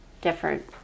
different